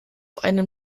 einem